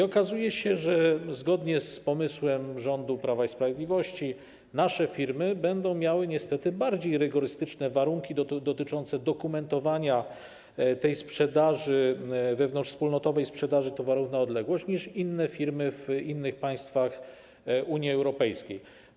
Okazuje się, że zgodnie z pomysłem rządu Prawa i Sprawiedliwości nasze firmy będą miały niestety bardziej rygorystyczne warunki dotyczące dokumentowania wewnątrzwspólnotowej sprzedaży towarów na odległość niż firmy w innych państwach Unii Europejskiej.